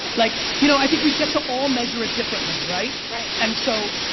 like you know i think we get to all measure it differently, right? right. and so,